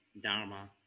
Dharma